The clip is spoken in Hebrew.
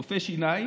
רופא שיניים,